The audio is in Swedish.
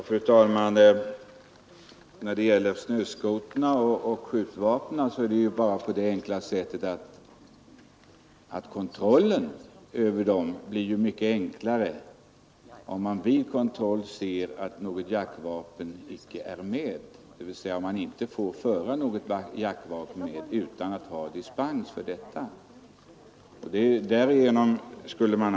Fru talman! När det gäller snöskotrar och skjutvapen är det på det sättet att kontrollen över dem blir mycket enklare, om man bara behöver se efter att något jaktvapen icke är med — dvs. om ingen får föra med sig något jaktvapen utan att ha dispens för detta.